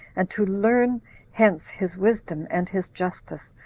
and to learn hence his wisdom and his justice,